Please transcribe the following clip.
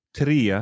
tre